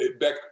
back